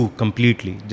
completely